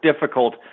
difficult